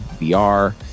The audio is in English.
VR